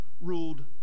ruled